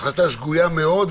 החלטה שגויה מאוד,